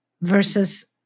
versus